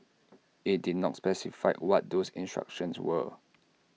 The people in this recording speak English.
IT did not specify what those instructions were